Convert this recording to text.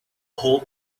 whole